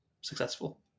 successful